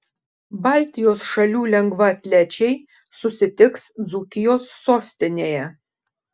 baltijos šalių lengvaatlečiai susitiks dzūkijos sostinėje